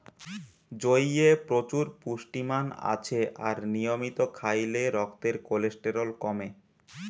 জইয়ে প্রচুর পুষ্টিমান আছে আর নিয়মিত খাইলে রক্তের কোলেস্টেরল কমে